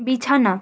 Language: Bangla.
বিছানা